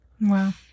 Wow